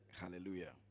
hallelujah